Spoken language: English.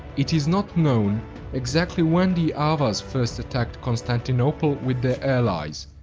it is not known exactly when the avars first attacked constantinople with their allies,